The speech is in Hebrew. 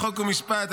חוק ומשפט,